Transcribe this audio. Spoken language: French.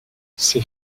ses